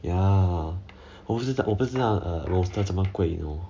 ya 我不知道 roaster 这么贵 you know